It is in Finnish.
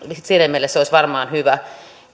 se olisi varmaan hyvä